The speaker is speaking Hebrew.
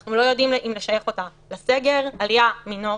אנחנו לא יודעים אם לשייך אותה לסגר עלייה מינורית,